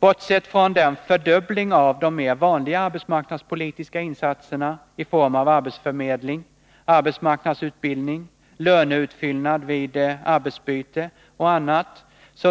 Bortsett från den fördubbling av de mer vanliga arbetsmarknadspolitiska insatserna i form av arbetsförmedling, arbetsmarknadsutbildning, löneutfyllnad vid arbetsbyte och annat